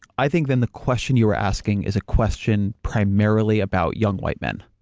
i think then the question you are asking is a question primarily about young white men.